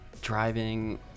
driving